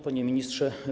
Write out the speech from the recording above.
Panie Ministrze!